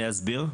אני אסביר,